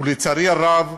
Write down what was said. ולצערי הרב,